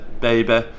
baby